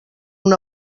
una